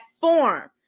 form